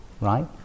right